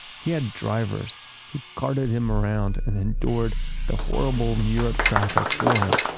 he had drivers who carted him around and endured the horrible new york traffic for him.